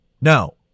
no